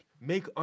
make